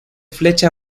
flecha